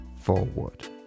forward